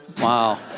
Wow